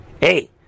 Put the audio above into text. Hey